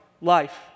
life